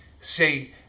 say